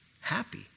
happy